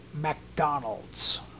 McDonald's